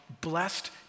blessed